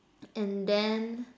and then